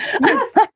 Yes